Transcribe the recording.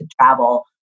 travel